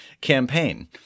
campaign